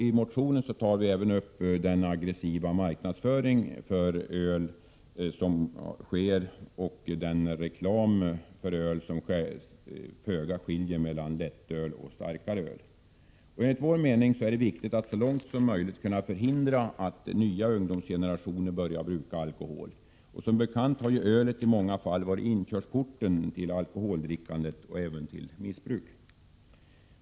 I motionen tar vi även upp den aggressiva marknadsföringen av öl och reklamen för öl som föga skiljer sig, oavsett om det rör sig om lättöl eller starkare öl. Enligt vår mening är det viktigt att så långt möjligt hindra att nya ungdomsgenerationer börjar bruka alkohol. Som bekant har ölet i många fall varit inkörsporten till alkoholdrickandet och även till missbruket.